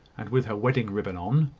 and with her wedding ribbon on.